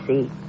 see